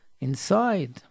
inside